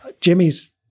jimmy's